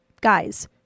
guys